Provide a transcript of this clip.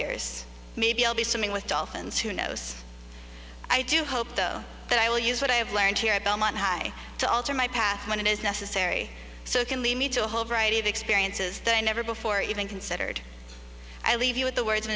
years maybe i'll be swimming with dolphins who knows i do hope though that i will use what i have learned here at belmont high to alter my path when it is necessary so it can lead to a whole variety of experiences that i never before even considered i leave you with the words